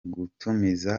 gutumiza